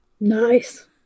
Nice